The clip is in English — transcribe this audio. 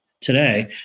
today